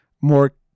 more